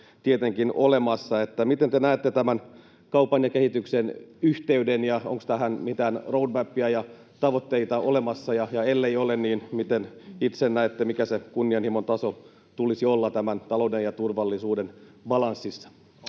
olemassa. Miten te näette tämän kaupan ja kehityksen yhteyden: Onko tähän mitään road mapia ja tavoitteita olemassa, ja ellei ole, niin miten itse näette, mikä se kunnianhimon taso tulisi olla tässä talouden ja turvallisuuden balanssissa?